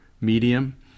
medium